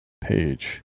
page